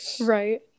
Right